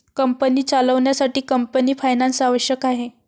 company चालवण्यासाठी company finance आवश्यक आहे